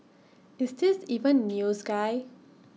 is this even news guy